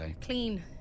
clean